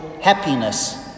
happiness